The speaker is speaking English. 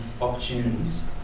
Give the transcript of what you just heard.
opportunities